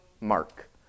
Mark